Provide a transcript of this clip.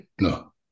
No